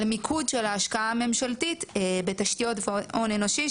מיקוד של ההשקעה הממשלתית בתשתיות הון אנושי,